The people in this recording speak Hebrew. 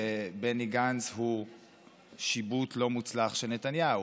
ובני גנץ הוא שיבוט לא מוצלח של נתניהו.